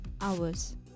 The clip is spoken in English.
hours